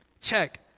Check